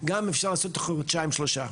רק שזה יהיה סיום הדברים שלך.